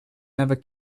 never